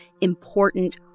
important